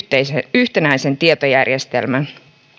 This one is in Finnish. yhtenäisen tietojärjestelmän